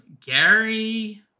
Gary